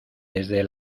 desde